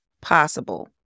possible